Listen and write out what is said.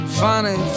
funny